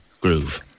groove